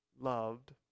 loved